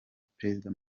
perezida